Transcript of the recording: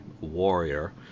Warrior